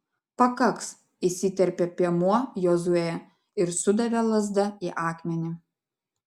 pakaks įsiterpė piemuo jozuė ir sudavė lazda į akmenį